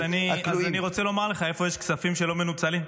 אז אני רוצה לומר לך איפה יש כספים שלא מנוצלים.